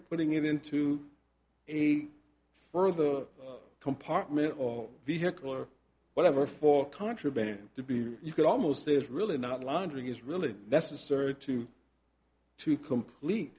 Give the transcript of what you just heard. putting it into a further compartment or vehicle or whatever for contraband to be you could almost say it's really not laundering is really necessary to to complete